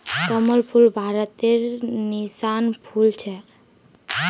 कमल फूल भारतेर नेशनल फुल छिके